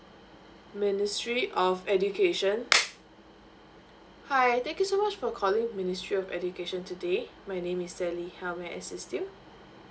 ministry of education hi thank you so much for calling ministry of education today my name is sally how may I assist you